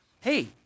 Hey